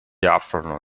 aprono